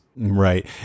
Right